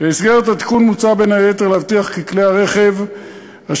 התיקון המוצע קובע תהליכים שמטרתם להבטיח כי כלי הרכב של